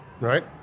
right